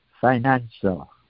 Financial